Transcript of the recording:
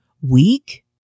weak